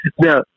Now